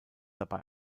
dabei